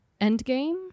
Endgame